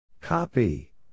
Copy